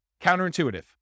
Counterintuitive